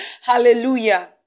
Hallelujah